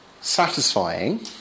satisfying